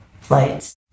flights